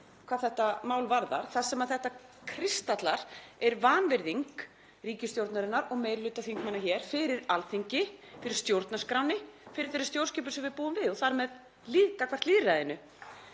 hvað þetta mál varðar. Það sem þetta kristallar er vanvirðing ríkisstjórnarinnar og meiri hluta þingmanna hér fyrir Alþingi, fyrir stjórnarskránni, fyrir þeirri stjórnskipun sem við búum við og þar með gagnvart lýðræðinu.